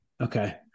Okay